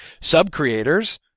Sub-creators